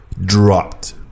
dropped